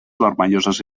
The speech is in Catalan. vermelloses